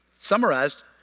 Summarized